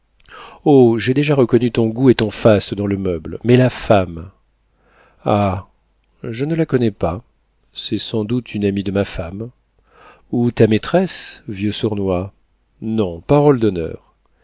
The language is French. j'ai déjà reconnu ton goût et ton faste dans le meuble mais la femme ah je ne la connais pas c'est sans doute une amie de ma femme ou ta maîtresse vieux sournois non parole d'honneur